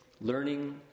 learning